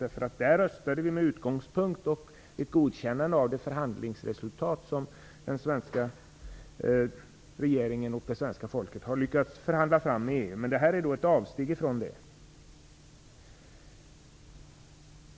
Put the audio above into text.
Vi röstade då med utgångspunkt i ett godkännande av det förhandlingsresultat som den svenska regeringen och svenska folket har lyckats förhandla fram med EU, men det lämnade svaret innebär ett avsteg från det.